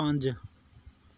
ਪੰਜ